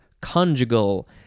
conjugal